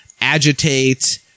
agitate